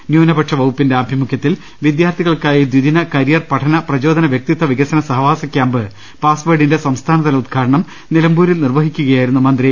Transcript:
ന്യൂനപക്ഷ ക്ഷേമവകുപ്പിന്റെ ആഭി മുഖ്യത്തിൽ വിദ്യാർഥികൾക്കായി ദ്വിദ്വിന കരിയർ പഠന പ്രചോദന വ്യക്തിത്വ വികസന സഹവാസ കൃാംപ് പാസ്വേഡിന്റെ സംസ്ഥാനതല ഉദ്ഘാടനം നിലമ്പൂ രിൽ നിർവഹിക്കുകയായിരുന്നു അദ്ദേഹം